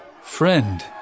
Friend